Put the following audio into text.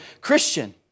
Christian